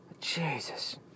Jesus